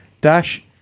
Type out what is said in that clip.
dash